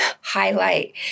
highlight